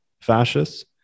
fascists